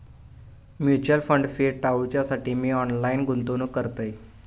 mutual fund fee टाळूच्यासाठी मी online गुंतवणूक करतय